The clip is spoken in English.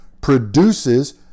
produces